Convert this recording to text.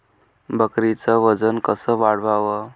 बकरीचं वजन कस वाढवाव?